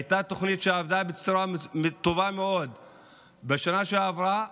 הייתה תוכנית שעבדה בצורה טובה מאוד בשנה שעברה.